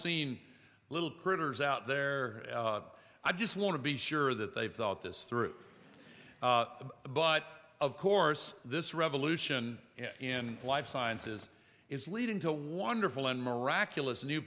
seen little critters out there i just want to be sure that they've thought this through but of course this revolution in life sciences is leading to wonderful and miraculous new